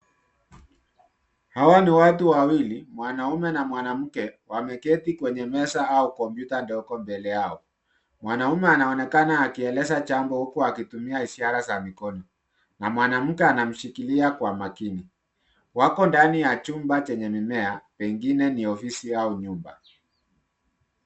Hawa ni watu wawili, mwanaume na mwanamke, wameketi kwenye meza au kompyuta ndogo mbele yao. Mwanaume anaonekana akieleza jambo huku akitumia ishara za mikono, na mwanaume anamshikilia kwa makini. Wako ndani ya chumba chenye mimea pengine ni ofisi au nyumba.